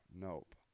nope